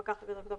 פקח כהגדרתו